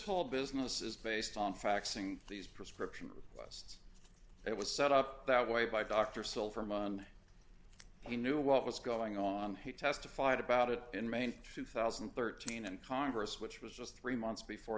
whole business is based on faxing these prescriptions it was set up that way by dr silver monday he knew what was going on he testified about it in maine two thousand and thirteen and congress which was just three months before